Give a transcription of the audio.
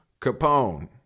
Capone